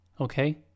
Okay